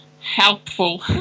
helpful